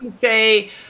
say